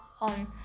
on